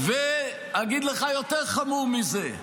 ואגיד לך יותר חמור מזה,